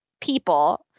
people